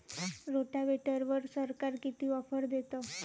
रोटावेटरवर सरकार किती ऑफर देतं?